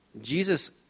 Jesus